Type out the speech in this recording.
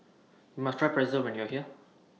YOU must Try Pretzel when YOU Are here